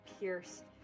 pierced